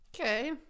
Okay